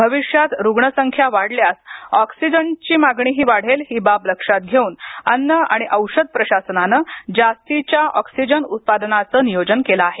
भविष्यात रूग्णसंख्या वाढल्यास ऑक्सिजनची मागणीही वाढले ही बाब लक्षात घेऊन अन्न आणि औषध प्रशासनानं जास्तीच्या ऑक्सिजन उत्पादनाचं नियोजन केलं आहे